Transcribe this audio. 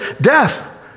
death